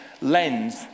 lens